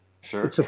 Sure